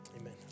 Amen